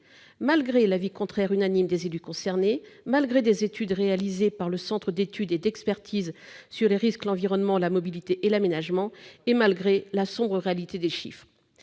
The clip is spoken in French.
malgré l'avis unanime des élus concernés, malgré les études réalisées par le Centre d'études et d'expertise sur les risques, l'environnement, la mobilité et l'aménagement, ou Cérema, et malgré la sombre réalité des chiffres.